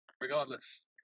regardless